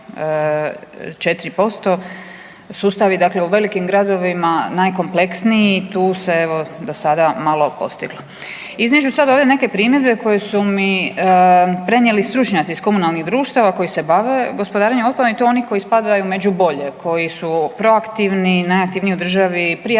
4%. Sustavi dakle u velikim gradovima najkompleksniji tu se evo do sada malo postiglo. Iznijet ću sada ove neke primjedbe koje su mi prenijeli stručnjaci iz komunalnih društava koji se bave gospodarenjem otpadom i to oni koji spadaju među bolje, koji su proaktivni, najaktivniji u državni prijavljuju